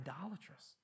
idolatrous